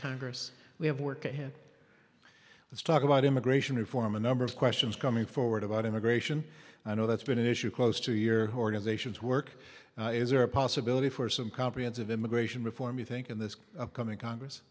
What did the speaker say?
congress we have work ahead let's talk about immigration reform a number of questions coming forward about immigration i know that's been an issue close to your organization's work is there a possibility for some comprehensive immigration reform you think in this coming congress